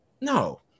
no